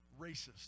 racist